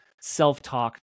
self-talk